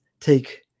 take